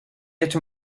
hecho